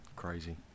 Crazy